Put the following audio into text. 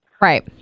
Right